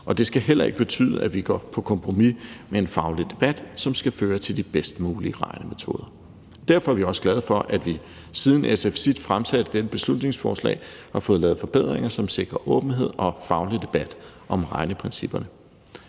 og det skal heller ikke betyde, at vi går på kompromis med en faglig debat, som skal føre til de bedst mulige regnemetoder. Derfor er vi også glade for, at vi, siden SF sidst fremsatte dette beslutningsforslag, har fået lavet forbedringer, som sikrer åbenhed og faglig debat om regneprincipperne.